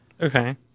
Okay